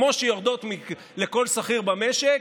כמו שיורדות לכל שכיר במשק,